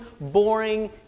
boring